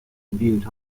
debut